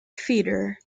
feeder